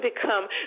become